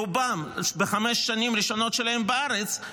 רובם בחמש השנים הראשונות שלהם בארץ,